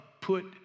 put